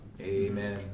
Amen